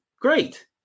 great